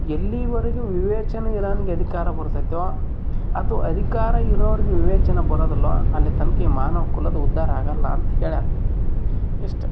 ಎಲ್ಲಿವರೆಗೂ ವಿವೇಚನೆ ಇರೋನಿಗೆ ಅಧಿಕಾರ ಬರ್ತೈತೋ ಅಥ್ವಾ ಅಧಿಕಾರ ಇರೋರ್ಗೆ ವಿವೇಚನೆ ಬರೋದಿಲ್ಲ ಅಲ್ಲಿ ತನ್ಕ ಈ ಮಾನವ ಕುಲದ ಉದ್ದಾರ ಆಗೊಲ್ಲ ಅಂತ ಹೇಳ್ಯಾರ ಇಷ್ಟೆ